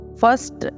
first